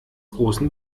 großen